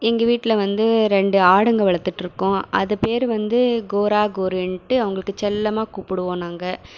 எங்கள் வீட்டில் வந்து ரெண்டு ஆடுங்கள் வளர்த்துட்டு இருக்கோம் அது பேர் வந்து கோரா கோரின்ட்டு அவங்களுக்கு செல்லமாக கூப்பிடுவோம் நாங்கள்